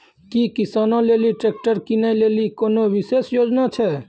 कि किसानो लेली ट्रैक्टर किनै लेली कोनो विशेष योजना छै?